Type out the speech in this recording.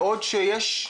בעוד שיש,